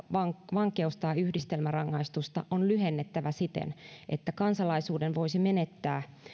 vankeus tai yhdistelmärangaistusta on lyhennettävä siten että kansalaisuuden voisi menettää